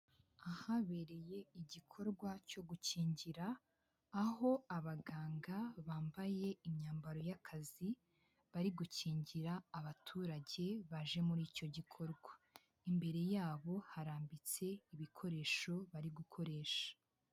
Ahabereye igikorwa cyo gukingira aho abaganga bambaye imyambaro y'akazi, bari gukingira abaturage baje muri icyo gikorwa, imbere yabo harambitse ibikoresho bari gukoresha.